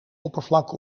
oppervlak